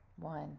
One